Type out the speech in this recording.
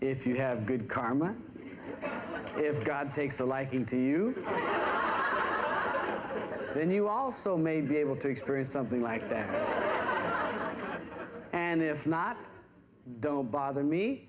if you have good karma if god takes a liking to you then you also may be able to experience something like that and if not don't bother me